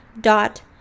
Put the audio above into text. dot